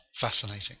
fascinating